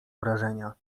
wrażenia